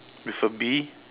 with a bee